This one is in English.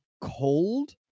cold